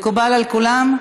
מקובל על כולם?